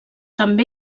també